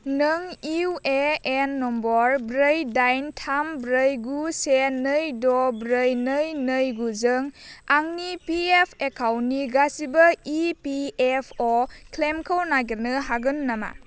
नों U A N number ब्रै दाइन थाम ब्रै गु से नै द' ब्रै नै नै गुजों आंनि पि एफ एकाउन्टनि गासिबो इ पि एफ अ क्लेइमखौ नागिरनो हागोन नामा